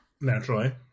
Naturally